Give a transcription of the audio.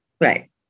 Right